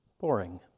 boring